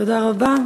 תודה רבה.